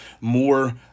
more